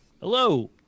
Hello